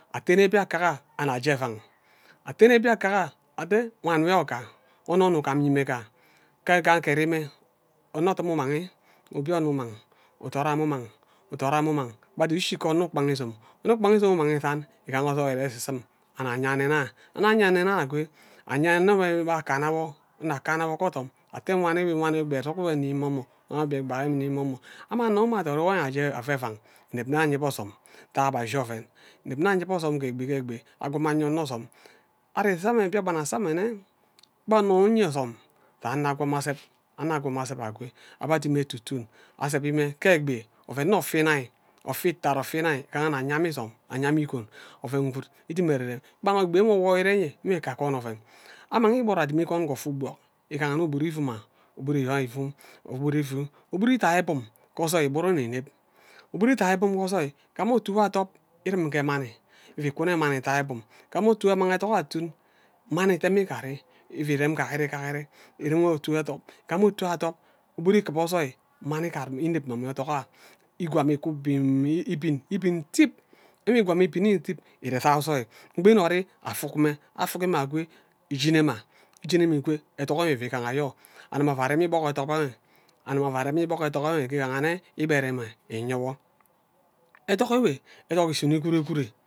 Atene mbiaka annu aje evang atene mbiaka annug aje evan afene mbiaka ate wan nyo gam onno onno gham ke ngan ngeri mme onno odum umigi udo are mme umang kpa duduk ishi ke onno ikpanga izom onno ukpan isomm ngaha nwo ozom ire esimi anye anne anye anne akwe anye anno mbeh akana wo nna akana wo ge ozom nte wan ewen wa ekpe edik nwo nim wo mene wan obie egba nni wo mme anno mbeh adat wo eny aje aje evan anyen bhe azom ntaga abhe ashi oven ineb nne ayebe ozom ge egbi ke egbe akwa anyebe ozom ari samme mbiakpan nne gbo onne anye ozo sa anno akwam azeb mme anno akwan ase akwe abeh adimi mme etu tun ke egbi oven nne ofe inai ofe itad ofe itad je igaha nwe annug anya mma isom anya mma igun oven gwud edim erem kpa nge egbi enwe owoi ire nwe ka akwon oven amang igburu akiba ikwon ke ofe ugbok igaha nne ogbud ifa ma ogbud idai ibum ge ozoi igburu nni ineb ogbud ugbu idu uyen ke ozoi igburu nne ineb ugbu ugbud ithai obum ge ozoi igburu ini ineb ugbu idan iburu ozoi igam otu wo adob urina ge man igam otu amang ethok ayo atun mani ite mme igari uei rem gari gari irem otu ozoi igam otu wo atob ugbud mani ikiba ozoi ineb mma mme ethok ikwa mme iku bim ibin ibin tip enwe ikwa mme ibini enwe ire saga ozoi ofuk mme afuki mme akwe iyinne mma ethok enwe ifi igaha anyo aka arem ikpo ethok amina ava arem ikpok ethok anyo nge igaha nne igbere mma inye wo ethok enwe ethok isuno ikwu kure.